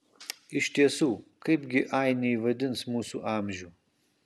iš tiesų kaipgi ainiai vadins mūsų amžių